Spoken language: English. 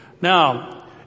Now